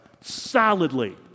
solidly